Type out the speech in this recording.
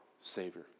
Savior